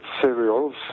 cereals